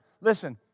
listen